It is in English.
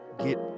get